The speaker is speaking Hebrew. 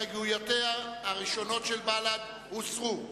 הסתייגויותיה הראשונות של בל"ד הוסרו.